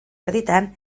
erdietan